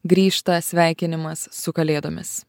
grįžta sveikinimas su kalėdomis